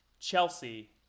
chelsea